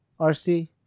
RC